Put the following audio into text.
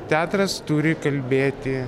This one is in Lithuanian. teatras turi kalbėti